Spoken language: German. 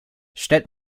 stellt